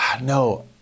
No